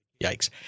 Yikes